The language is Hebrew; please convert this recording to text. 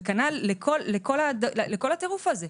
וכנ"ל כל הטירוף הזה.